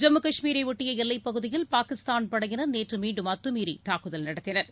ஜம்முகாஷ்மீரைஷட்டியஎல்லைப் பகுதியில் பாகிஸ்தான் படையினர் நேற்றுமீண்டும் அத்துமீறிதாக்குதல் நடத்தினர்